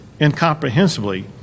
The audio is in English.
incomprehensibly